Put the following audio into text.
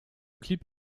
clip